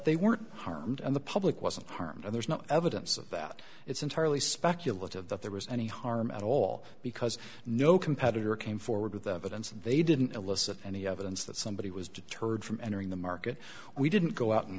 they weren't harmed and the public wasn't harmed and there's no evidence of that it's entirely speculative that there was any harm at all because no competitor came forward with evidence that they didn't illicit any evidence that somebody was deterred from entering the market we didn't go out and